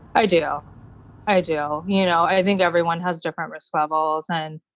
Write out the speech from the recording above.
i do. i do. you know, i think everyone has different risk levels. and,